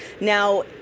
Now